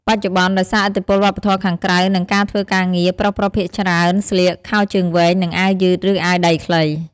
បច្ចុប្បន្ន ដោយសារឥទ្ធិពលវប្បធម៌ខាងក្រៅ និងការធ្វើការងារ ប្រុសៗភាគច្រើនស្លៀក ខោជើងវែង និង អាវយឺត ឬ អាវដៃខ្លី។